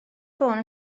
ffôn